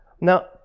Now